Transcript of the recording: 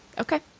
Okay